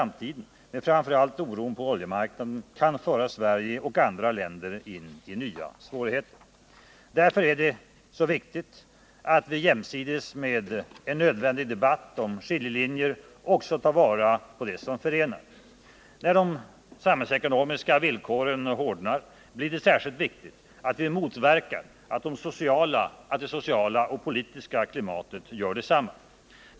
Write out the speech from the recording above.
Men framför allt oron på oljemarknaden kan föra Sverige och andra länder in i nya svårigheter. Därför är det så viktigt att vi jämsides med en nödvändig debatt om skiljelinjer också tar vara på det som förenar. När de samhällsekonomiska villkoren hårdnar är det särskilt viktigt att vi motverkar att det sociala och politiska klimatet gör detsamma.